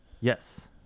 Yes